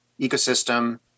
ecosystem